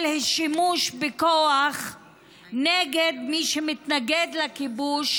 של שימוש בכוח נגד מי שמתנגד לכיבוש,